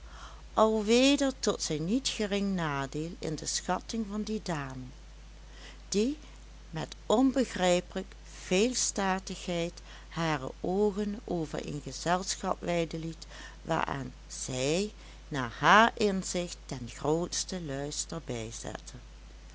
al weder tot zijn niet gering nadeel in de schatting van die dame die met onbegrijpelijk veel statigheid hare oogen over een gezelschap weiden liet waaraan zij naar haar inzicht den grootsten luister